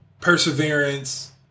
perseverance